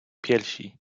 piersi